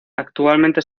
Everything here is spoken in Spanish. actualmente